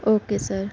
oaky sir